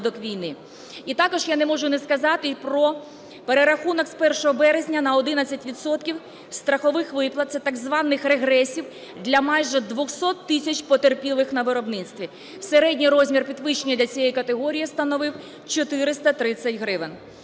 І також я не можу не сказати про перерахунок з 1 березня на 11 відсотків страхових виплат, це так званих регресів, для майже 200 тисяч потерпілих на виробництві. Середній розмір підвищення для цієї категорії становив 430 гривень.